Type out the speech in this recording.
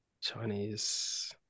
Chinese